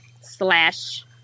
slash